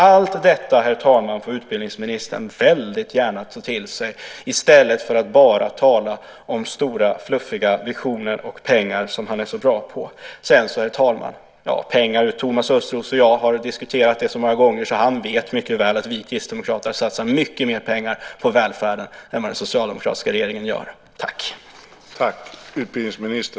Allt detta, herr talman, får utbildningsministern väldigt gärna ta till sig, i stället för att bara tala om stora fluffiga visioner och pengar, som han är så bra på. Herr talman! När det gäller pengar har Thomas Östros och jag diskuterat det så många gånger att han mycket väl vet att vi kristdemokrater satsar mycket mer pengar på välfärden än vad den socialdemokratiska regeringen gör.